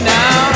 now